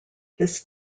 this